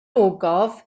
ogof